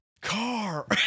Car